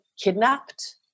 kidnapped